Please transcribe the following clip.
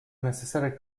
necessary